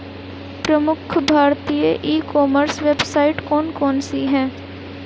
प्रमुख भारतीय e commerce website कौन कौन सी हैं?